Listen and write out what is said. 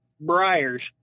briars